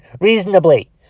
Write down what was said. Reasonably